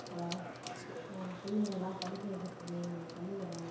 hello நாங்கள் பிள்ளைங்கள்லாம் படிக்க வைக்கிறத்துக்கு எங்களுக்கு பள்ளிக்கூடம்